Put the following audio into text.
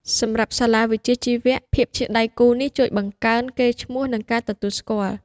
សម្រាប់សាលាវិជ្ជាជីវៈ ភាពជាដៃគូនេះជួយបង្កើនកេរ្តិ៍ឈ្មោះ និងការទទួលស្គាល់។